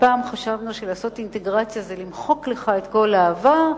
פעם חשבנו שלעשות אינטגרציה זה למחוק לך את כל העבר,